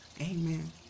Amen